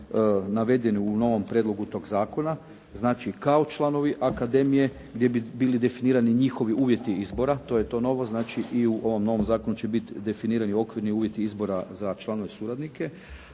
navedeni u novom prijedlogu tog zakona. Znači kao članovi akademije, gdje bi bili definirani njihovi uvjeti izbora. To je to novo. Znači i u ovom novom zakonu će biti definirani okvirni uvjeti izbora za članove suradnike,